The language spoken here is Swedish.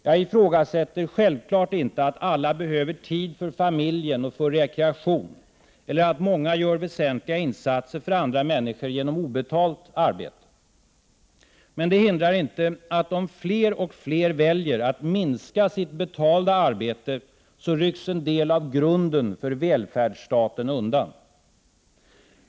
Jag ifrågasätter självfallet inte att alla behöver tid för familjen och för rekreation eller att många gör väsentliga insatser för andra människor genom obetalt arbete. Men det hindrar inte att om fler och fler väljer att minska sitt betalda arbete så rycks en del av grunden för välfärdsstaten undan.